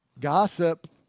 Gossip